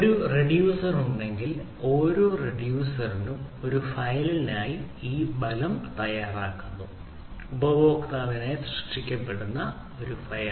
ഒരു റിഡ്യൂസർ ഉണ്ടെങ്കിൽ ഓരോ റിഡ്യൂസറിനും ഒരു ഫയലിനായി ഇത് ഫലം തയ്യാറാക്കുന്നു ഉപയോക്താവിനായി സൃഷ്ടിക്കുന്ന ഒരു ഫയൽ